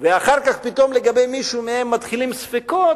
ואחר כך פתאום לגבי מישהו מהם מתחילים ספקות